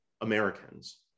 Americans